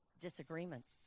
disagreements